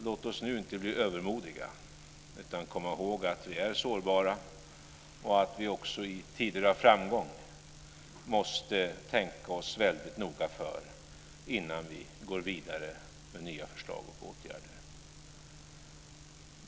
Låt oss nu inte bli övermodiga, utan komma ihåg att vi är sårbara och att vi också i tider av framgång måste tänka oss väldigt noga för innan vi går vidare med nya förslag och åtgärder.